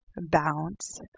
bounce